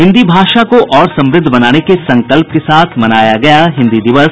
हिन्दी भाषा को और समुद्ध बनाने के संकल्प के साथ मनाया गया हिन्दी दिवस